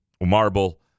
marble